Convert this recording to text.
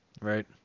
right